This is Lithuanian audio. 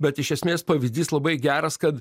bet iš esmės pavyzdys labai geras kad